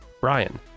Brian